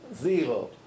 zero